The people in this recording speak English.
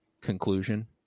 conclusion